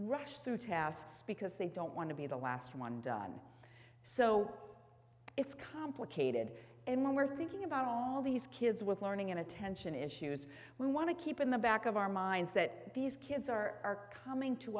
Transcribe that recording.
rush through tasks because they don't want to be the last one done so it's complicated and when we're thinking about all these kids with learning and attention issues we want to keep in the back of our minds that these kids are coming to